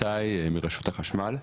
איתי מרשות החשמל.